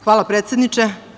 Hvala, predsedniče.